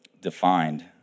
defined